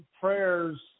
prayers